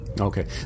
Okay